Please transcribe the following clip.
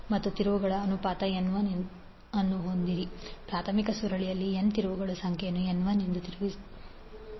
ಮತ್ತು ತಿರುವುಗಳ ಅನುಪಾತ N1 ಅನ್ನು ಹೊಂದಿರಿ ಪ್ರಾಥಮಿಕ ಸುರುಳಿಯಲ್ಲಿ N ತಿರುವುಗಳ ಸಂಖ್ಯೆಯನ್ನು N1ಎಂದು ತಿರುಗಿಸುತ್ತದೆ